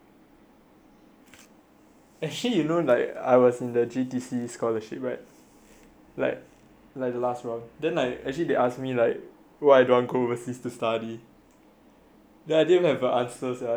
actually you know like I was in the G_T_C scholarship right like like last round actually they asked me like why I don't go overseas to study then I didn't have an answer sia I think that's how I feel